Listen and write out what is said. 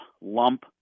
lump